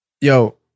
yo